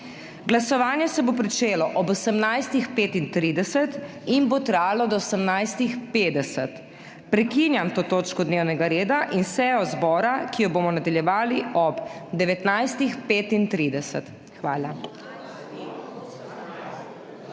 Glasovanje se bo pričelo ob 18.35 in bo trajalo do 18.50. Prekinjam to točko dnevnega reda in sejo zbora, ki jo bomo nadaljevali ob 19.35. Hvala.